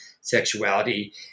sexuality